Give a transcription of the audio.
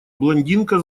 блондинка